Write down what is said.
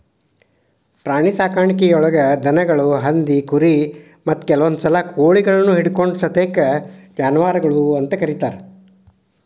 ಪ್ರಾಣಿಸಾಕಾಣಿಕೆಯೊಳಗ ದನಗಳು, ಹಂದಿ, ಕುರಿ, ಮತ್ತ ಕೆಲವಂದುಸಲ ಕೋಳಿಗಳನ್ನು ಹಿಡಕೊಂಡ ಸತೇಕ ಜಾನುವಾರಗಳು ಅಂತ ಕರೇತಾರ